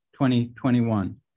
2021